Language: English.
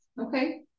Okay